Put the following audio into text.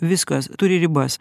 viskas turi ribas